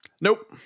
Nope